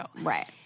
Right